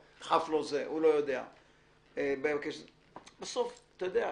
תדחוף לו את זה, הוא לא יודע - בסוף, אתה יודע,